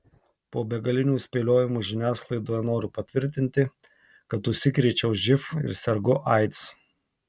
po begalinių spėliojimų žiniasklaidoje noriu patvirtinti kad užsikrėčiau živ ir sergu aids